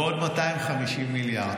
ועוד 250 מיליארד.